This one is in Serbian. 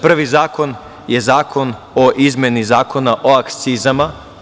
Prvi zakon je zakon o izmeni Zakona o akcizama.